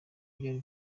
byari